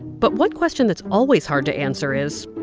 but one question that's always hard to answer is,